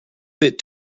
bit